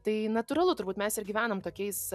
tai natūralu turbūt mes ir gyvenam tokiais